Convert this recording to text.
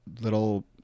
little